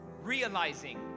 realizing